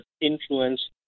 influence